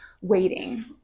waiting